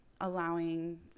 allowing